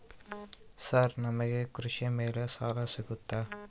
Sir ನಮಗೆ ಕೃಷಿ ಮೇಲೆ ಸಾಲ ಸಿಗುತ್ತಾ?